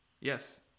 Yes